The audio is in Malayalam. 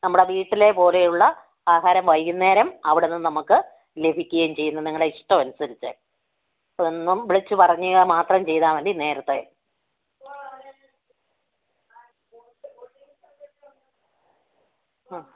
നമ്മുടെ വീട്ടിലെ പോലെയുള്ള ആഹാരം വൈകുന്നേരം അവിടുന്ന് നമുക്ക് ലഭിക്കുകയും ചെയ്യും നിങ്ങളുടെ ഇഷ്ടമനുസരിച്ച് ഒന്ന് വിളിച്ചു പറയുക മാത്രം ചെയ്താല് മതി നേരത്തെ ആ